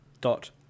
dot